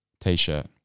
T-shirt